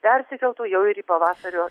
persikeltų jau ir į pavasario